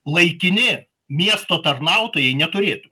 laikini miesto tarnautojai neturėtų